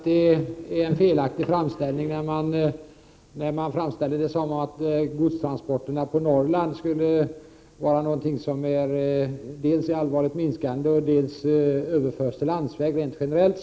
Herr talman! Jag vill först säga att det är felaktigt att framställa det som att mängden godstransporter i Norrland allvarligt minskar och att godstransporter överförs till landsväg rent generellt.